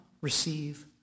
receive